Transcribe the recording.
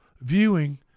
viewing